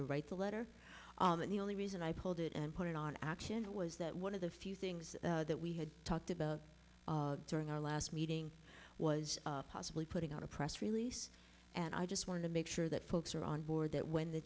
to write the letter and the only reason i pulled it and put it on action was that one of the few things that we had talked about during our last meeting was possibly putting out a press release and i just wanted to make sure that folks are on board that when the